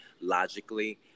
logically